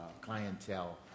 clientele